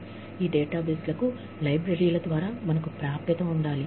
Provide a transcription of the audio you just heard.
మేము ఈ డేటాబేస్ల కు లైబ్రరీ ల ద్వారా ప్రాప్యత కలిగి ఉండాలి